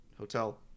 hotel